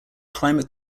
climate